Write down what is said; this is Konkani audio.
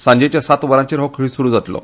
सांजेच्या सात वरांचेर हो खेळ सुरू जातलो